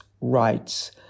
rights